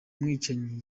mwicanyi